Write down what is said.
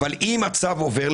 אבל אם הצו עובר,